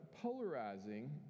Polarizing